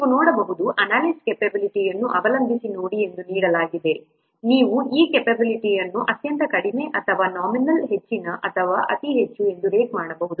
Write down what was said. ನೀವು ನೋಡಬಹುದು ಅನಾಲಿಸ್ಟ್ ಕ್ಯಾಪೆಬಿಲಿಟಿಅನ್ನು ಅವಲಂಬಿಸಿ ನೋಡಿ ಎಂದು ನೀಡಲಾಗಿದೆ ನೀವು ಈ ಕ್ಯಾಪೆಬಿಲಿಟಿ ಅನ್ನು ಅತ್ಯಂತ ಕಡಿಮೆ ಅಥವಾ ಕಡಿಮೆ ನಾಮಿನಲ್ ಹೆಚ್ಚಿನ ಅಥವಾ ಅತಿ ಹೆಚ್ಚು ಎಂದು ರೇಟ್ ಮಾಡಬಹುದು